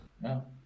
No